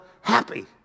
happy